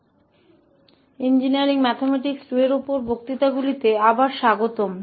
तो इंजीनियरिंग गणित II पर व्याख्यान में आपका स्वागत है